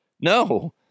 No